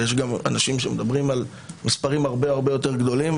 ויש גם אנשים שמדברים על מספרים הרבה יותר גדולים.